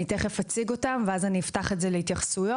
אני תכף אציג אותם ואז אפתח את זה להתייחסויות.